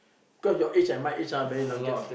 cause your age my age ah very long gap know